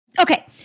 Okay